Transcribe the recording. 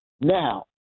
Now